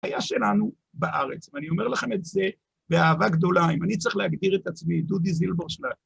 היה שלנו בארץ, ואני אומר לכם את זה באהבה גדולה, אם אני צריך להגדיר את עצמי, דודי זילברשלג.